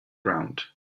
ground